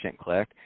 click